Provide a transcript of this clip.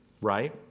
right